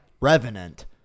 Revenant